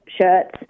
shirts